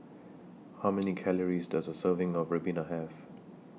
How Many Calories Does A Serving of Ribena Have